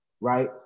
right